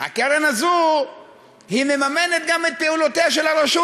הקרן הזו מממנת גם את פעולותיה של הרשות.